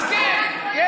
אז כן,